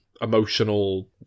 emotional